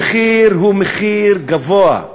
המחיר הוא מחיר גבוה,